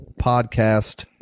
Podcast